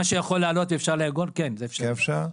מה שיכול לעלות אפשר לעגון, כן, זה אפשרי.